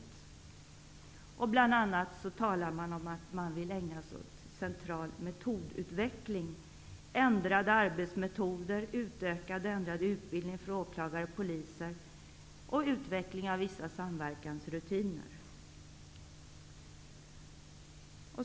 Man talar bl.a. om att man vill ägna sig åt central metodutveckling, ändrade arbetsmetoder, utökad och ändrad utbildning för åklagare och poliser samt utveckling av vissa samverkansrutiner.